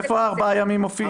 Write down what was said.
איפה מופיעים הארבעה ימים?